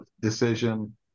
decision